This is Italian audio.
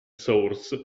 source